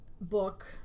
book